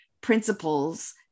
principles